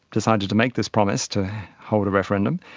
decided to make this promise to hold a referendum.